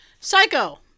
Psycho